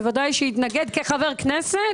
בוודאי שיתנגד כחבר כנסת,